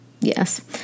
Yes